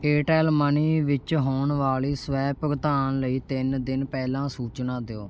Airtel money ਵਿੱਚ ਹੋਣ ਵਾਲੀ ਸਵੈ ਭੁਗਤਾਨ ਲਈ ਤਿੰਨ ਦਿਨ ਪਹਿਲਾਂ ਸੂਚਨਾ ਦਿਓ